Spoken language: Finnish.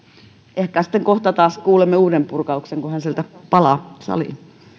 ehkä sitten kohta taas kuulemme uuden purkauksen kun hän sieltä palaa saliin